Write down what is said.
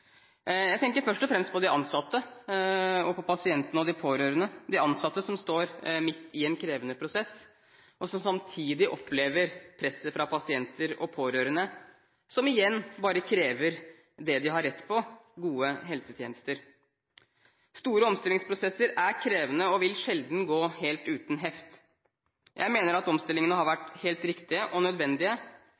Jeg tenker først og fremst på de ansatte, på pasientene og de pårørende. De ansatte står i en krevende prosess. Samtidig opplever de press fra pasienter og pårørende, som igjen bare krever det de har rett på – gode helsetjenester. Store omstillingsprosesser er krevende og vil sjelden gå helt uten heft. Jeg mener at omstillingene har vært helt riktige og nødvendige.